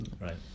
right